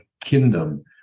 kingdom